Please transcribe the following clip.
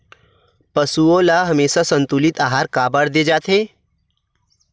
पशुओं ल हमेशा संतुलित आहार काबर दे जाथे?